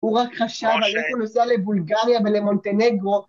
הוא רק חשב איך הוא נוסע לבולגריה ולמונטנגרו